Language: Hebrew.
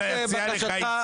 בבקשה.